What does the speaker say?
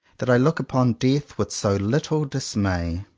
that i look upon death with so little dismay.